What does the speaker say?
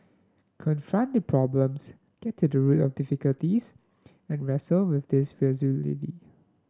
confront the problems get to the root of the difficulties and wrestle with these resolutely